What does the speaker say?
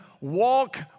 walk